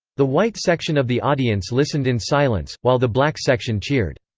the white section of the audience listened in silence, while the black section cheered.